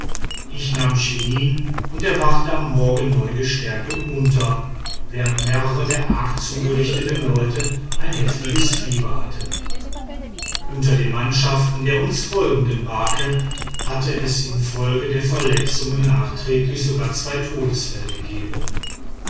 ich nahm chinin und erwachte am morgen neu gestärkt und munter während mehrere der arg zugerichteten leute ein heftiges fieber hatten unter den mannschaften der uns folgenden barke hatte es infolge der verletzungen nachträglich sogar zwei todesfälle gegeben